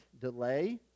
delay